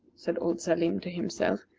said old salim to himself,